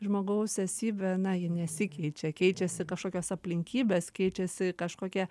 žmogaus esybė na ji nesikeičia keičiasi kažkokios aplinkybės keičiasi kažkokie